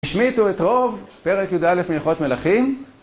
השמיטו את רוב, פרק יא' מהלכות מלכים.